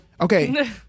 Okay